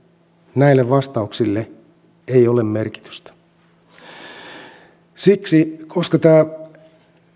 näillä vastauksilla ei ole merkitystä koska tämä